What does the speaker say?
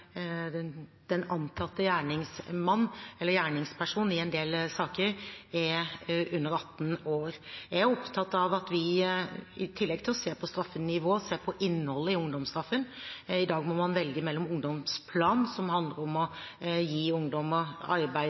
den antatte gjerningspersonen i en del saker er under 18 år. Jeg er opptatt av at vi i tillegg til å se på straffenivået ser på innholdet i ungdomsstraffen. I dag må man velge mellom ungdomsplan, som handler om å gi ungdommer arbeid,